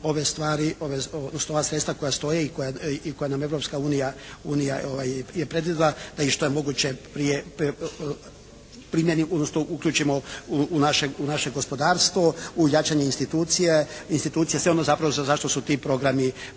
ova sredstva koja stoje i koja nam Europska unija je predvidjela da i što je moguće prije primijeni, odnosno uključimo u naše gospodarstvo, u jačanje institucije, sve ono zapravo za što su ti programi i predviđeni.